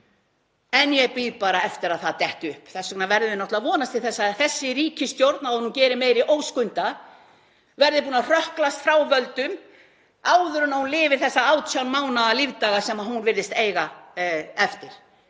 En ég bíð bara eftir að það detti upp. Þess vegna verðum við að vonast til þess að þessi ríkisstjórn, áður en hún gerir meiri óskunda, verði búin að hrökklast frá völdum áður en hún lifir þessa 18 mánaða lífdaga sem hún virðist eiga eftir.